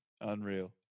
Unreal